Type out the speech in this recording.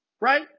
Right